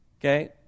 Okay